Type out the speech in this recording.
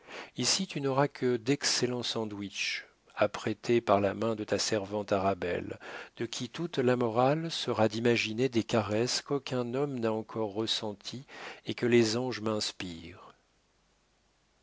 ici tu n'auras que d'excellents sandwiches apprêtés par la main de ta servante arabelle de qui toute la morale sera d'imaginer des caresses qu'aucun homme n'a encore ressenties et que les anges m'inspirent